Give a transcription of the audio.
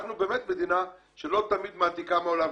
אנחנו באמת מדינה שלא תמיד מעתיקה מהעולם,